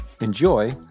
enjoy